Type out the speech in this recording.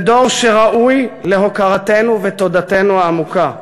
זה דור שראוי להוקרתנו ותודתנו העמוקה,